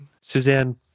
Suzanne